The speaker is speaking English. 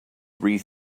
wreath